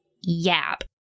Yap